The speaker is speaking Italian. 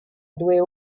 due